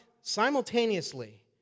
simultaneously